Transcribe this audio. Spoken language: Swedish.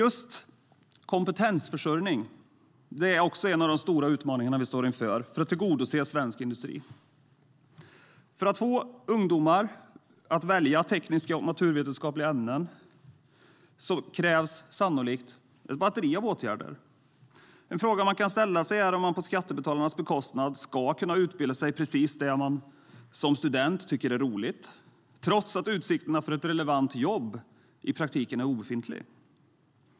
Just kompetensförsörjning är en av de stora utmaningarna vi står inför för att tillgodose svensk industri. För att få ungdomar att välja tekniska och naturvetenskapliga ämnen krävs sannolikt ett batteri av åtgärder.